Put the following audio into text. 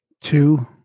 Two